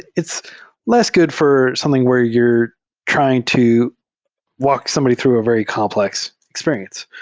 it's less good for something where you're trying to walk somebody through a very complex experience.